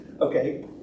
okay